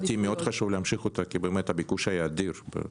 חשוב להמשיך אותה, כי הביקוש היה אדיר.